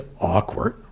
awkward